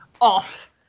off